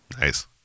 Nice